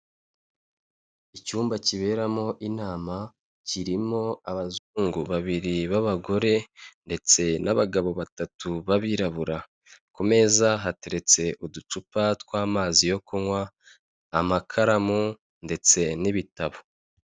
Icyumba kiberamo inama, kirimo abazungu babiri b'abagore, ndetse n'abagabo batatu, b'abirabura, ku meza hateretse uducupa tw'amazi yo kunywa, amakaramu ndetse n'ibitabo.